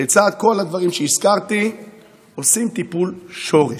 לצד כל הדברים שהזכרתי עושים טיפול שורש.